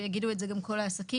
ויגידו את זה גם כל העסקים,